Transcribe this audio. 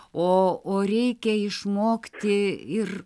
o o reikia išmokti ir